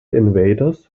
invaders